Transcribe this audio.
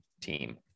team